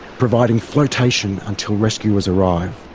providing flotation until rescuers arrive.